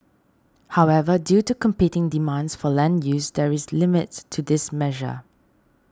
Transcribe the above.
however due to competing demands for land use there is a limits to this measure